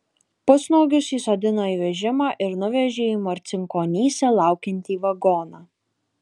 pusnuogius įsodino į vežimą ir nuvežė į marcinkonyse laukiantį vagoną